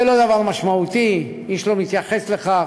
זה לא דבר משמעותי, איש לא מתייחס לכך.